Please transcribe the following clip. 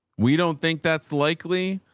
we don't think that's likely,